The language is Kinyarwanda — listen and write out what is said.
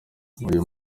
uyu